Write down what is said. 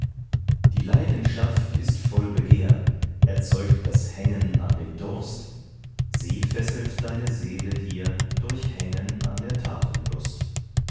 die leidenschaft ist voll begehr erzeugt das hängen an dem durst sie fesselt deine seele hier durch hängen an der tatenlust